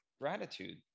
gratitude